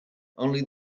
only